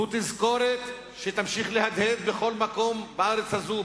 זו תזכורת שתמשיך להדהד בכל מקום בארץ הזו,